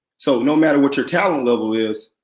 so no matter what your talent level is,